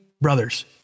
brothers